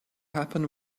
happen